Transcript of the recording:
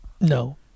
No